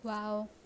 wow